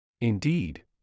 Indeed